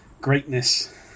greatness